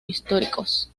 históricos